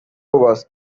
was